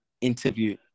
interview